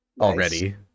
already